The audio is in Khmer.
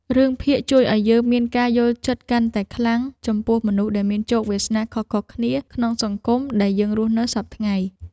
រឿងភាគជួយឱ្យយើងមានការយល់ចិត្តកាន់តែខ្លាំងចំពោះមនុស្សដែលមានជោគវាសនាខុសៗគ្នាក្នុងសង្គមដែលយើងរស់នៅសព្វថ្ងៃ។